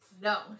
No